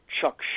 Chuck